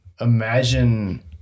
imagine